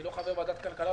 אני לא חבר ועדת הכלכלה,